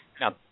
now